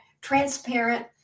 transparent